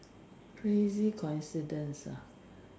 crazy coincidence ah